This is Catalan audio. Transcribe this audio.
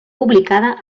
publicada